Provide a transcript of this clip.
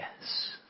yes